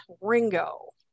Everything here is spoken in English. Ringo